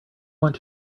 want